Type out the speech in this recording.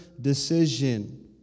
decision